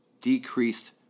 decreased